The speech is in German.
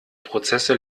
prozesse